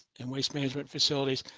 and waste management facilities,